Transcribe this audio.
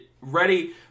ready